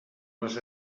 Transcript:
les